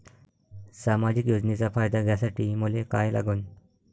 सामाजिक योजनेचा फायदा घ्यासाठी मले काय लागन?